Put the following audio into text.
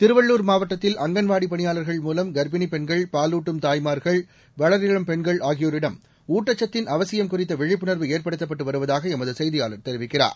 திருவள்ளூர் மாவட்டத்தில் அங்கன்வாடி பணியாளர்கள் மூலம் கர்ப்பிணிப் பெண்கள் பாலூட்டும் தாய்மார்கள் வளரிளம் பெண்கள் ஆகியோரிடம் ஊட்டச்சத்தின் அவசியம் குறித்த விழிப்புணர்வு ஏற்படுத்தப்பட்டு வருவதாக எமது செய்தியாளர் தெரிவிக்கிறார்